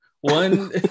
one